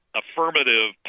affirmative